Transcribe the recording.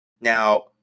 Now